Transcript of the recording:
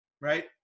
Right